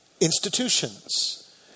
institutions